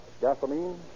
gasoline